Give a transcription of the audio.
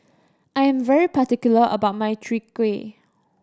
I am very particular about my Chwee Kueh